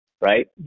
right